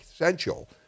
essential